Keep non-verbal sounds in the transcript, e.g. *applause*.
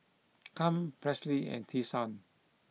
*noise* Kem Presley and Tyshawn